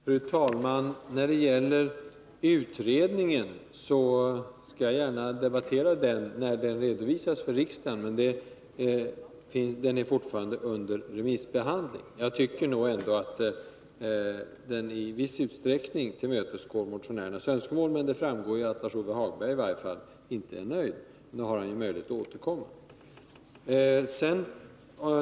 Fru talman! När det gäller utredningen skall jag gärna debattera den när den redovisas för riksdagen — den är fortfarande under remissbehandling. Men jag tycker att den i viss utsträckning tillmötesgår motionärernas önskemål. Men det är tydligt att i varje fall Lars-Ove Hagberg inte är nöjd. Han har ju möjlighet att återkomma.